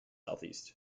southeast